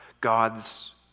God's